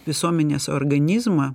visuomenės organizmą